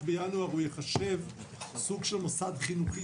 בינואר הוא ייחשב סוג של מוסד חינוכי.